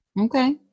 Okay